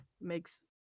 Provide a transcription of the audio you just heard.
makes